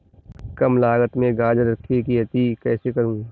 कम लागत में गाजर की खेती कैसे करूँ?